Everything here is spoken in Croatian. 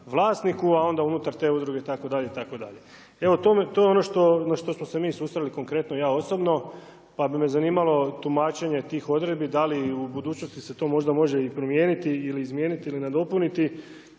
vlasniku, a onda unutar te udruge itd. itd. Evo to je ono na što smo se mi susreli konkretno ja osobno, pa bi me zanimalo tumačenje tih odredbi da li u budućnosti se to možda može i promijeniti ili izmijeniti ili nadopuniti